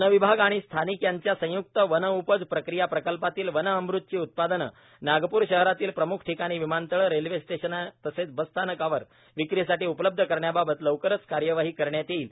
one विभाग आणि स्थानिक यांचा संय्क्त वनउपज प्रक्रिया प्रकल्पातील वनअमृतची उत्पादने नागपूर शहरातील प्रम्ख ठिकाणी विमानतळ रेल्वे स्टेशन तसेच बसस्थानकावर विक्रीसाठी उपलब्ध करण्याबाबत लवकरच कार्यवाही करण्यात येईल